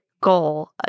goal